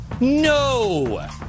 No